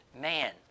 man